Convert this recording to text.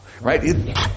right